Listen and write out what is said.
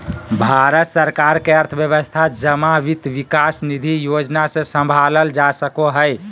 भारत सरकार के अर्थव्यवस्था जमा वित्त विकास निधि योजना से सम्भालल जा सको हय